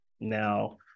Now